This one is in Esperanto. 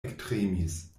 ektremis